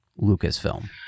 Lucasfilm